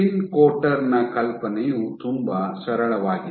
spin coater ನ ಕಲ್ಪನೆಯು ತುಂಬಾ ಸರಳವಾಗಿದೆ